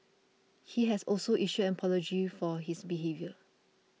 he has also issued an apology for his behaviour